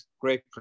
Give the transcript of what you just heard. Great